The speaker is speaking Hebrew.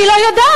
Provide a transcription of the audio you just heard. אני לא יודעת.